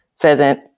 pheasant